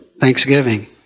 Thanksgiving